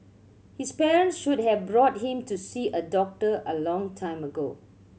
his parents should have brought him to see a doctor a long time ago